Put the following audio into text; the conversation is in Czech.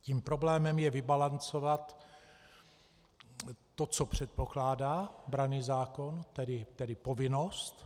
Tím problémem je vybalancovat to, co předpokládá branný zákon, tedy povinnost.